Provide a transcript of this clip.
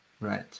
Right